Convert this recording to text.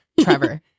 trevor